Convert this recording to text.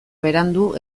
berandu